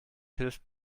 hilft